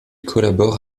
collabore